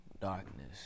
darkness